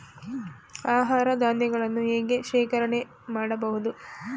ಆಹಾರ ಧಾನ್ಯಗಳನ್ನು ಹೇಗೆ ಶೇಖರಣೆ ಮಾಡಬಹುದು?